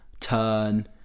turn